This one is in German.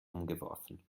umgeworfen